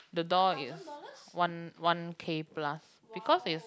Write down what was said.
the door is one one K plus because is